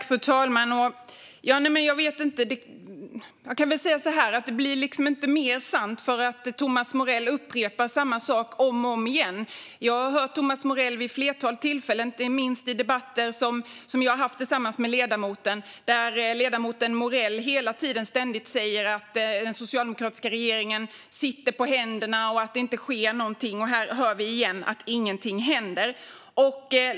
Fru talman! Jag kan väl säga så här: Det blir inte mer sant för att Thomas Morell upprepar samma sak om och om igen. Jag har vid ett flertal tillfällen, inte minst i debatter som jag har haft tillsammans med ledamoten, hört Thomas Morell ständigt säga att den socialdemokratiska regeringen sitter på händerna och att det inte sker någonting. Här hörde vi än en gång att ingenting händer.